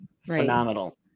phenomenal